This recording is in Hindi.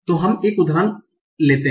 तो हम एक उदाहरण लेते हैं